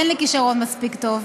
אין לי כישרון מספיק טוב,